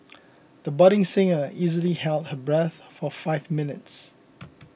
the budding singer easily held her breath for five minutes